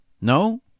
No